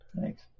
Thanks